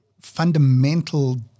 fundamental